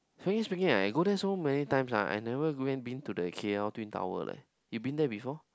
frankly speaking right I go there so many times ah I never go been to the K L twin tower leh you been there before